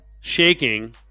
shaking